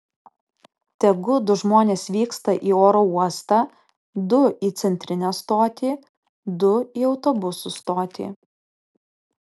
tegu du žmonės vyksta į oro uostą du į centrinę stotį du į autobusų stotį